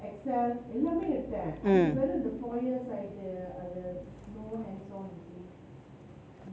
mm